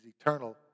eternal